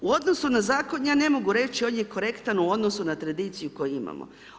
U odnosu na zakon ja ne mogu reći, on je korektan u odnosu na tradiciju koju imamo.